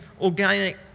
organic